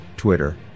Twitter